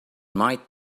might